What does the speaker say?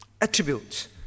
Attributes